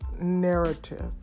narrative